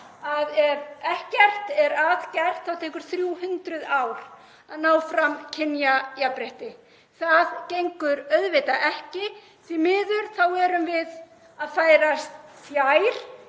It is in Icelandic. að ef ekkert verður að gert tekur 300 ár að ná fram kynjajafnrétti. Það gengur auðvitað ekki. Því miður erum við að færast fjær